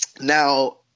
Now